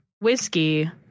Whiskey